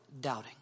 doubting